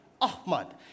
Ahmad